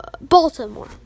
Baltimore